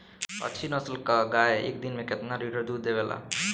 अच्छी नस्ल क गाय एक दिन में केतना लीटर दूध देवे ला?